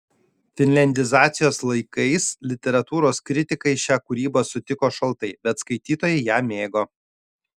finliandizacijos laikais literatūros kritikai šią kūrybą sutiko šaltai bet skaitytojai ją mėgo